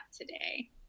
today